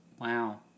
Wow